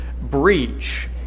breach